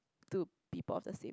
to people of the same